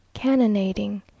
Cannonading